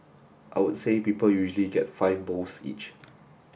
I would say people usually get five bowls each